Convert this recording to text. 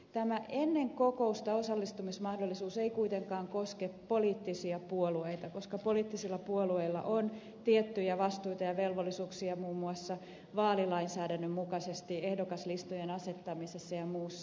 tämä osallistumismahdollisuus ennen kokousta ei kuitenkaan koske poliittisia puolueita koska poliittisilla puolueilla on tiettyjä vastuita ja velvollisuuksia muun muassa vaalilainsäädännön mukaisesti ehdokaslistojen asettamisessa ja muussa